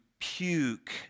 puke